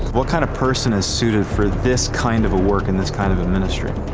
what kind of person is suited for this kind of a work and this kind of a ministry?